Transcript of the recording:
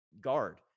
guard